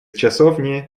часовни